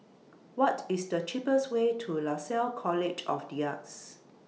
What IS The cheapest Way to Lasalle College of The Arts